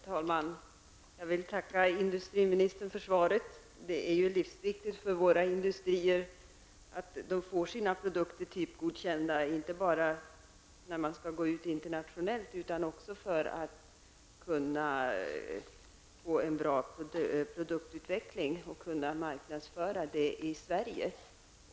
Herr talman! Jag vill tacka industriministern för svaret. Det är för våra industrier livsviktigt att de får sina produkter typgodkända, inte bara när de skall gå ut internationellt utan också för att de skall kunna få en bra produktutveckling och kunna marknadsföra sina produkter i Sverige.